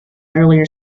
earlier